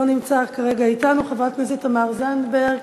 חברת הכנסת תמר זנדברג,